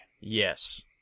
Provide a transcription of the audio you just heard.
Yes